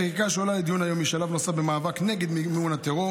החקיקה שעולה לדיון היום היא שלב נוסף במאבק נגד מימון הטרור